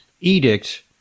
edict